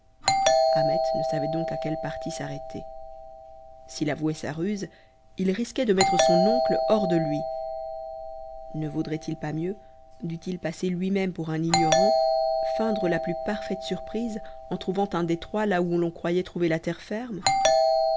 ahmet ne savait donc à quel parti s'arrêter s'il avouait sa ruse il risquait de mettre son oncle hors de lui ne vaudrait-il pas mieux dût-il passer lui-même pour un ignorant feindre la plus parfaite surprise en trouvant un détroit là où l'on croyait trouver la terre ferme